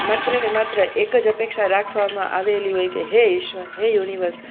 માત્રને માત્ર એક જ અપેક્ષા રાખવામાં આવેલી હોય કે હે ઈશ્વર હે યુનિવર્સ